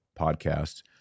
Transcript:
podcasts